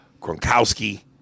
Gronkowski